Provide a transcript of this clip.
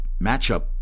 matchup